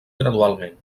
gradualment